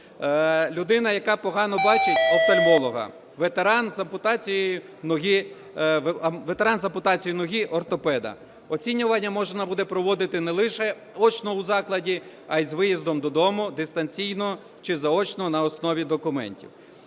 людина, яка погано бачить, – офтальмолога, ветеран з ампутацією ноги – ортопеда. Оцінювання можна буде проводити не лише очно у закладі, а і з виїздом додому, дистанційно чи заочно на основі документів.